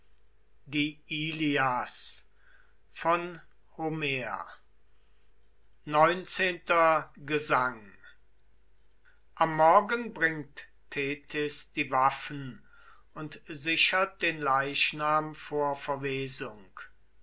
neunzehnter gesang am morgen bringt thetys die waffen und sichert den leichnam vor verwesung